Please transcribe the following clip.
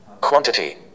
Quantity